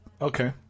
Okay